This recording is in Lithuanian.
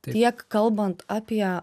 tiek kalbant apie